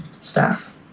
staff